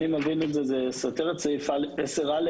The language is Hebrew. אם אתם